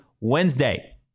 Wednesday